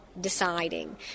deciding